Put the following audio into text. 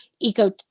eco